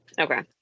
Okay